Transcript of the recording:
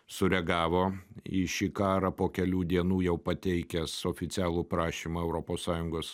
sureagavo į šį karą po kelių dienų jau pateikęs oficialų prašymą europos sąjungos